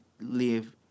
live